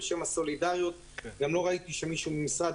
ובשם הסולידריות גם לא ראיתי שמישהו ממשרד